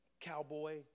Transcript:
cowboy